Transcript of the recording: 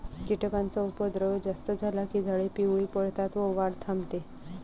कीटकांचा उपद्रव जास्त झाला की झाडे पिवळी पडतात व वाढ थांबते